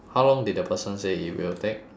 how long did the person say it will take